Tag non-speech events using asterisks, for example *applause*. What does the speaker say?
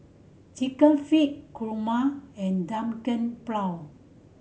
Chicken Feet kurma and *unintelligible*